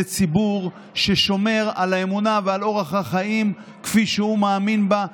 זה ציבור ששומר על האמונה ועל אורח החיים כפי שהוא מאמין בהם,